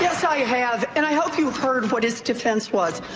yes i have, and i hope you heard what his defense was,